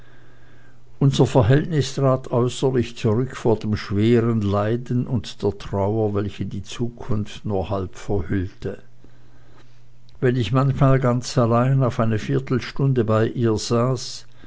unser verhältnis trat äußerlich zurück vor dem schweren leiden und der trauer welche die zukunft nur halb verhüllte wenn ich manchmal ganz allein auf eine viertelstunde bei ihr saß